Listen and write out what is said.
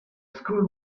school